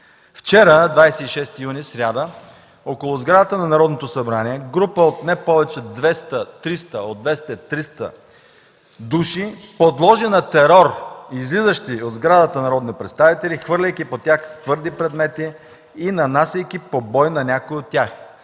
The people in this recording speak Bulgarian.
Вчера, 26 юни, сряда, около сградата на Народното събрание група от не повече от 200-300 души подложи на терор излизащи от сградата народни представители, хвърляйки по тях твърди предмети и нанасяйки побой на някои от тях,